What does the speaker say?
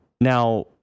now